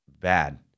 bad